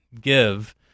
give